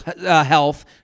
health